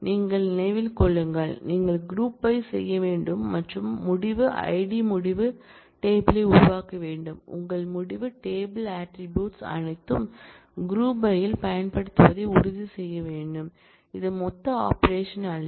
நீங்கள் நினைவில் கொள்ளுங்கள் நீங்கள் க்ரூப் பை செய்ய வேண்டும் மற்றும் முடிவு ஐடி முடிவு டேபிள் யை உருவாக்க வேண்டும் உங்கள் முடிவு டேபிள் ஆட்ரிபூட்ஸ் அனைத்தும் க்ரூப் பை இல் பயன்படுத்தப்படுவதை உறுதி செய்ய வேண்டும் இது மொத்த ஆபரேஷன் அல்ல